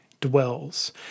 dwells